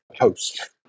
host